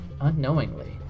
unknowingly